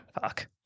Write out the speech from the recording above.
fuck